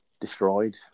destroyed